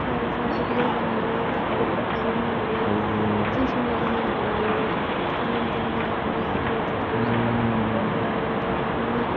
phone पर video बनेलक देखलहुॅं कभी मोन भेल चिप्समे गाना भरा लेल फिल्म तिल्म देखलक वीडियो तिडियो मोन भेल तऽ अपने